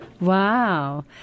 Wow